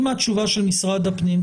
אם התשובה של משרד הפנים,